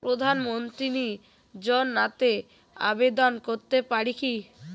প্রধানমন্ত্রী যোজনাতে আবেদন করতে পারি কি?